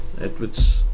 Edwards